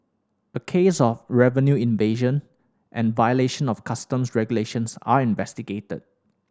a case of revenue evasion and violation of customs regulations are investigated